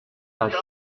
passe